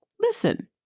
listen